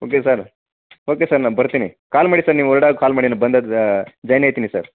okay sir okay sir ನಾನು ಬರ್ತೀನಿ call ಮಾಡಿ ಸರ್ ನೀವು ಹೊರ್ಡ್ವಾಗ ಕಾಲ್ ಮಾಡಿ ನಾನು ಬಂದಾಗ ಜಾಯ್ನ್ ಆಗ್ತೀನಿ ಸರ್